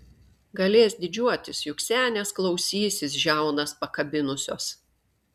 galės didžiuotis juk senės klausysis žiaunas pakabinusios